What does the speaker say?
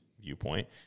viewpoint